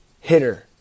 hitter